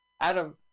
Adam